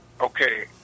Okay